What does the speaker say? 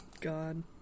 God